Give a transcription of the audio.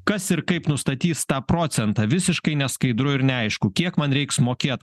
kas ir kaip nustatys tą procentą visiškai neskaidru ir neaišku kiek man reiks mokėt